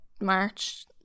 march